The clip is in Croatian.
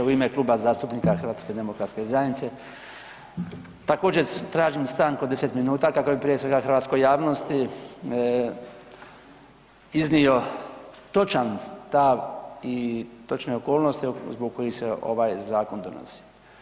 U ime Kluba zastupnika HDZ-a također tražim stanku od 10 minuta kako bi prije svega hrvatskoj javnosti iznio točan stav i točne okolnosti zbog kojih se ovaj zakon donosi.